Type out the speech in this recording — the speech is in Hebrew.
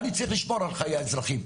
אני צריך לשמור על חיי האזרחים.